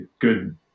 good